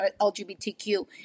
LGBTQ